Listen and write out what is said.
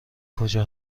کجا